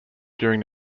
during